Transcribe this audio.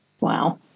Wow